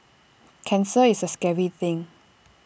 cancer is A scary thing